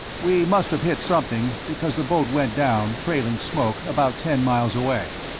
we must have hit something, because the boat went down, trailing smoke, about ten miles away.